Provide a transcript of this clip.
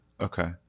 okay